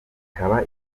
ikaba